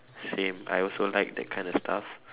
same I also like that kind of stuff